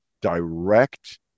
direct